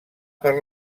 per